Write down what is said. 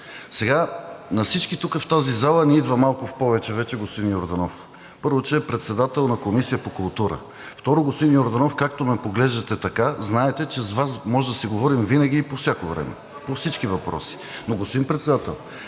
Сега на всички тук в тази зала ни идва малко в повече господин Йорданов. Първо, че е председател на Комисията по култура. Второ, господин Йорданов, както ме поглеждате така, знаете, че с Вас можем да си говорим винаги – по всяко време и по всички въпроси. Господин Председател,